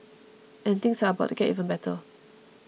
and things are about to get even better